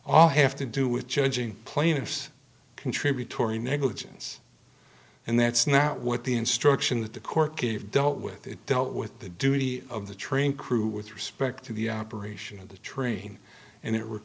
all have to do with judging plaintiffs contributory negligence and that's not what the instruction that the court gave dealt with it dealt with the duty of the train crew with respect to the operation of the train and